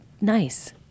nice